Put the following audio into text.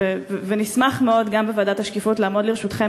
ונשמח מאוד גם בוועדת השקיפות לעמוד לרשותכם